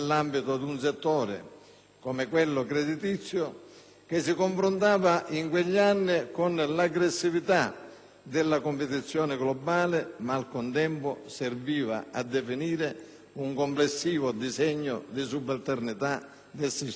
come quello creditizio, che si confrontava in quegli anni con l'aggressività della competizione globale, ma che, al contempo, serviva a definire un complessivo disegno di subalternità del sistema Mezzogiorno.